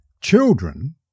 children